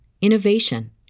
innovation